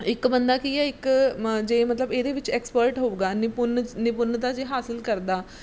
ਇੱਕ ਬੰਦਾ ਕੀ ਹੈ ਇੱਕ ਜੇ ਮਤਲਬ ਇਹਦੇ ਵਿੱਚ ਐਕਸਪਰਟ ਹੋਊਗਾ ਨਿਪੁੰਨ ਨਿਪੁੰਨਤਾ ਜੇ ਹਾਸਿਲ ਕਰਦਾ